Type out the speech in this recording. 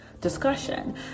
discussion